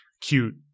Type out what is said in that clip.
cute